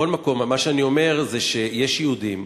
מכל מקום, מה שאני אומר זה שיש יהודים,